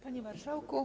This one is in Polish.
Panie Marszałku!